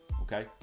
okay